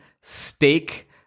steak